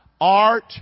art